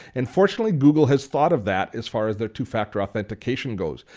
and fortunately, google has thought of that as far as their two-factor authentication goes.